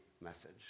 message